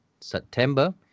September